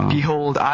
Behold